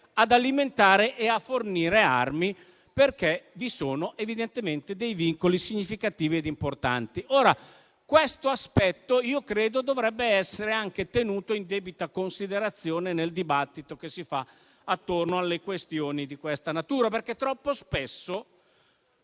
ad alimentare e a fornire armi, perché evidentemente vi sono vincoli significativi e importanti. Questo aspetto credo dovrebbe essere tenuto in debita considerazione nel dibattito che si fa attorno alle questioni di tale natura. Troppo spesso,